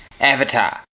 Avatar